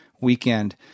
weekend